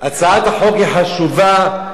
הצעת החוק היא חשובה.